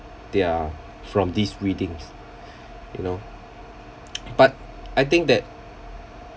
they're from these readings you know but I think that